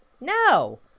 No